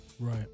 Right